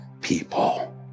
people